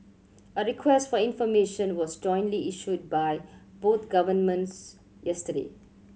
a request for information was jointly issued by both governments yesterday